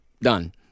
Done